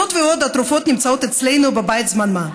זאת ועוד, התרופות נמצאות אצלנו בבית זמן מה.